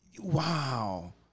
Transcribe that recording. Wow